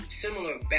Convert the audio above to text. similar